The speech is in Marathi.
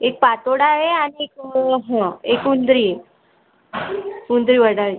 एक पातोडा आहे आणिक हा एक उंद्री आहे उंद्रीवडाळी